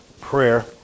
prayer